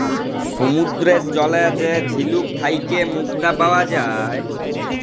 সমুদ্দুরের জলে যে ঝিলুক থ্যাইকে মুক্তা পাউয়া যায়